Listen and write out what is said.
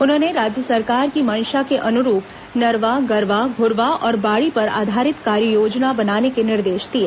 उन्होंने राज्य सरकारी की मंशा के अनुरूप नरवा गरवा घुरवा और बाड़ी पर आधारित कार्ययोजना बनाने के निर्देश दिए